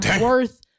worth